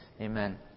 Amen